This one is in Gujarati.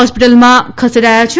હોસ્પીટલમાં ખસેડાથા છે